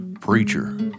preacher